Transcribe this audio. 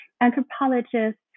anthropologists